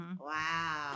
Wow